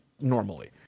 normally